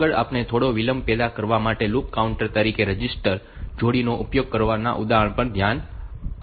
આગળ આપણે થોડો વિલંબ પેદા કરવા માટે લૂપ કાઉન્ટર તરીકે રજિસ્ટર્ડ જોડીનો ઉપયોગ કરવાના ઉદાહરણ પર ધ્યાન આપીશું